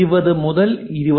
20 മുതൽ 20